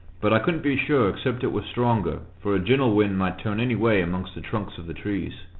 but i couldn't be sure except it were stronger, for a gentle wind might turn any way amongst the trunks of the trees.